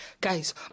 Guys